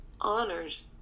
honors